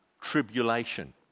tribulation